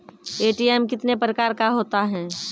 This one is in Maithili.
ए.टी.एम कितने प्रकार का होता हैं?